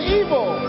evil